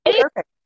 Perfect